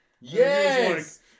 Yes